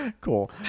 Cool